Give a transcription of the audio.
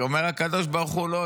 אומר הקדוש ברוך הוא: לא,